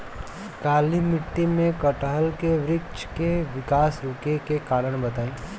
काली मिट्टी में कटहल के बृच्छ के विकास रुके के कारण बताई?